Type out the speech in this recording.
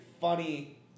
funny